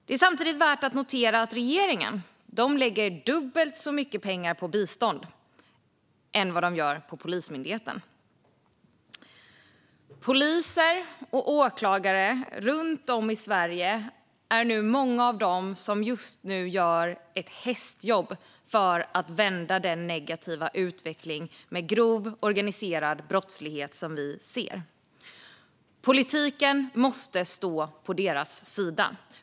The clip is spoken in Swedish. Det är samtidigt värt att notera att regeringen lägger dubbelt så mycket pengar på bistånd som de lägger på Polismyndigheten. Många poliser och åklagare runt om i Sverige gör just nu ett hästjobb för att vända den negativa utveckling med grov organiserad brottslighet som vi ser. Politiken måste stå på deras sida.